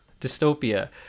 dystopia